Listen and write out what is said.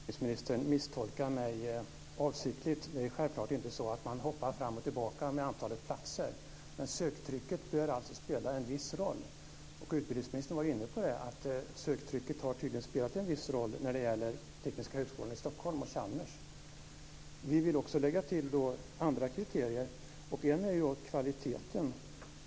Herr talman! Utbildningsministern misstolkar mig avsiktligt. Det är självklart inte så att man hoppar fram och tillbaka när det gäller antalet platser. Men söktrycket bör spela en viss roll. Utbildningsministern var ju inne på att söktrycket har spelat en viss roll när det gäller Tekniska högskolan i Stockholm och Chalmers. Vi vill också lägga till andra kriterier. Ett kriterium är kvaliteten.